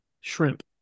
Shrimp